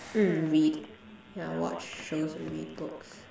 mm read yeah watch shows and read books